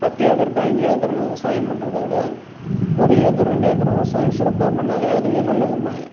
பத்து ஏக்கர் பதினைஞ்சி ஏக்கர்னு விவசாயம் பண்ணுறத விட ஒரு ஏக்கர் ரெண்டு ஏக்கர் விவசாயம் சிறப்பாக பண்ணிணாலே அதுவே நல்லதும்பாங்க